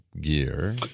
Gear